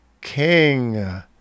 king